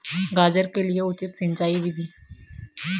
गाजर के लिए उचित सिंचाई विधि?